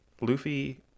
luffy